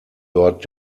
dort